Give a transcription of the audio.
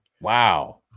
Wow